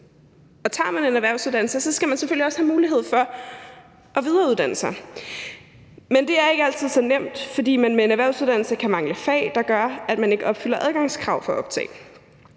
Tager man en erhvervsuddannelse, skal man selvfølgelig også have mulighed for at videreuddanne sig, men det er ikke altid så nemt, fordi man med en erhvervsuddannelse kan mangle fag, der gør, at man ikke opfylder adgangskrav for optag.